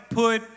put